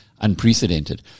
unprecedented